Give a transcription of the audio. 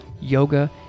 yoga